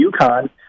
UConn